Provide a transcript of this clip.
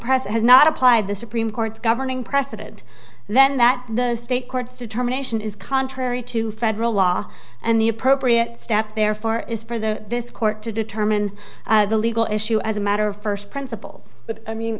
press has not applied the supreme court governing precedent then that the state courts determination is contrary to federal law and the appropriate step therefore is for the this court to determine the legal issue as a matter of first principles but i mean